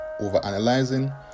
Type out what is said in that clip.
overanalyzing